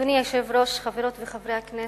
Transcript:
אדוני היושב-ראש, חברות וחברי הכנסת,